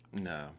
No